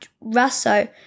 Russo